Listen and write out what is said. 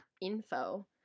info